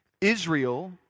Israel